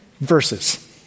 verses